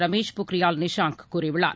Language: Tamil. ரமேஷ் பொக்கிரியால் நிஷாங்க் கூறியுள்ளார்